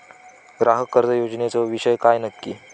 ग्राहक कर्ज योजनेचो विषय काय नक्की?